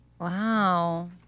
Wow